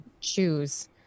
choose